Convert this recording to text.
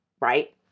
Right